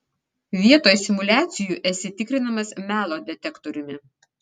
vietoj simuliacijų esi tikrinamas melo detektoriumi